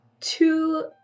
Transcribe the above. two